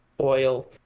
oil